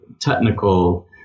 technical